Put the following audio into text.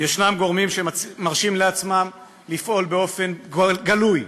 ישנם גורמים שמרשים לעצמם לפעול באופן גלוי,